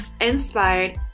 inspired